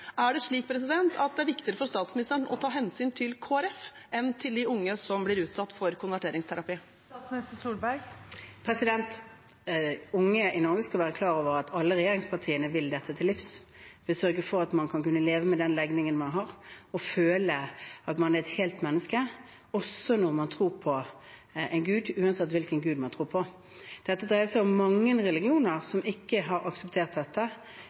Er det slik at det er viktigere for statsministeren å ta hensyn til Kristelig Folkeparti enn til de unge som blir utsatt for konverteringsterapi? Unge i Norge skal være klar over at alle regjeringspartiene vil dette til livs, vil sørge for at man skal kunne leve med den legningen man har, og føle at man er et helt menneske, også når man tror på en gud, uansett hvilken gud man tror på. Dette dreier seg om mange religioner som ikke har akseptert dette.